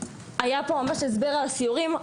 היה פה ממש הסבר על הסיורים.